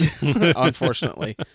Unfortunately